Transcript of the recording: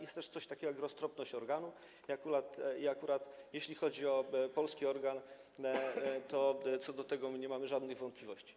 Jest też coś takiego jak roztropność organu i akurat jeśli chodzi o polski organ, to co do tego nie mamy żadnych wątpliwości.